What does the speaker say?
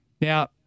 Now